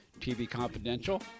tvconfidential